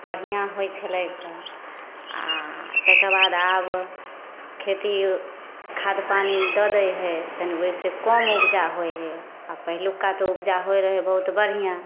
बढ़िआँ होइ छलै कऽ आ ताहिके बाद आब खेती खाद पानी दऽ दै हइ तनि ओहिसे कम उपजा होइ हइ आ पहिलुका तऽ उपजा होइ रहै बहुत बढ़िआँ